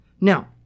Now